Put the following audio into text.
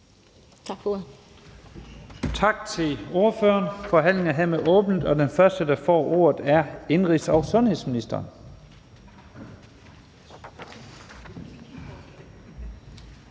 Tak for ordet.